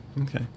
Okay